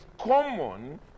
common